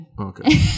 Okay